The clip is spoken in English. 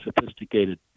sophisticated